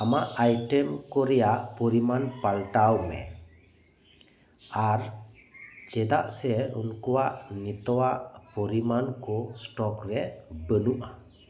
ᱟᱢᱟᱜ ᱟᱭᱴᱮᱢ ᱠᱚ ᱨᱮᱭᱟᱜ ᱯᱚᱨᱤᱢᱟᱱ ᱯᱟᱞᱴᱟᱣ ᱢᱮ ᱟᱨ ᱪᱮᱫᱟᱜ ᱥᱮ ᱩᱱᱠᱩᱣᱟᱜ ᱱᱤᱛᱚᱣᱟᱜ ᱯᱚᱨᱤᱢᱟᱱ ᱠᱚ ᱥᱴᱚᱠ ᱨᱮ ᱵᱟᱹᱱᱩᱜᱼᱟ